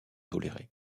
tolérés